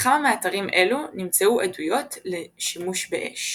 בכמה מאתרים אלו נמצאו עדויות לשימוש באש.